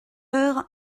heures